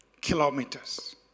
kilometers